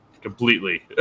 completely